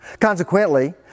Consequently